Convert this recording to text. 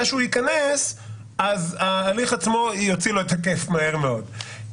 שהוא ייכנס אז ההליך עצמו יוציא לו את הכיף מהר מאוד.